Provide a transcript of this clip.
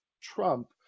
Trump